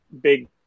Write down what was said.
big